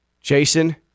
Jason